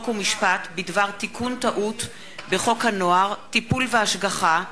חוק ומשפט בדבר תיקון טעות בחוק הנוער (טיפול והשגחה)